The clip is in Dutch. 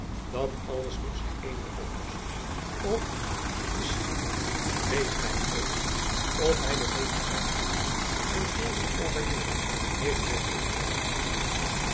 dat alles moet zich eenmaal oplossen of misschien weet gij ook of hij de medicijnkist zijns meesters barbanera heeft met zich gebracht